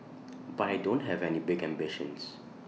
but I don't have any big ambitions